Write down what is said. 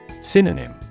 Synonym